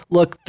Look